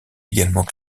également